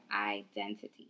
identity